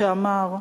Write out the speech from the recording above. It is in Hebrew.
שאמר: